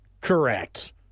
Correct